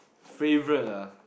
favorite ah